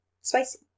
Spicy